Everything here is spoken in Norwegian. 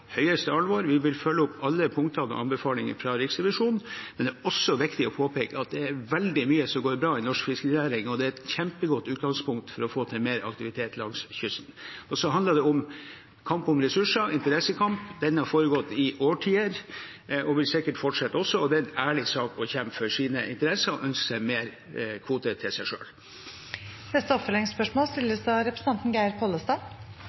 alvor. Vi vil følge opp alle punkter med anbefalinger fra Riksrevisjonen, men det er også viktig å påpeke at det er veldig mye som går bra i norsk fiskerinæring, og det er et kjempegodt utgangspunkt for å få til mer aktivitet langs kysten. Og så handler det om kamp om ressurser, interessekamp. Den har foregått i årtier og vil sikkert også fortsette. Det er en ærlig sak å kjempe for sine interesser og ønske seg mer kvoter til seg selv. Geir Pollestad – til oppfølgingsspørsmål.